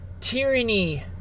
tyranny